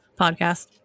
podcast